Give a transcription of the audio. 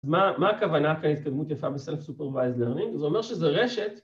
מה הכוונה כאן התקדמות יפה בסלף סופרווייז לראינג? זה אומר שזה רשת